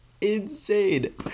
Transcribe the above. insane